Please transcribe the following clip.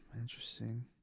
Interesting